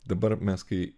dabar mes kai